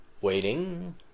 Waiting